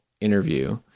interview